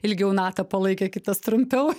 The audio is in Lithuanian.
ilgiau natą palaikė kitas trumpiau